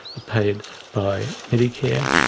ah paid by medicare,